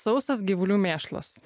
sausas gyvulių mėšlas